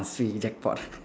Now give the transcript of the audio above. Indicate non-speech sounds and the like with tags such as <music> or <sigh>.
swee jackpot <laughs>